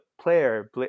player